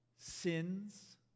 Sins